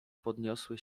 podniosły